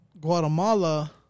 Guatemala